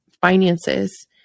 finances